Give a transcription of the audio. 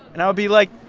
and i would be like,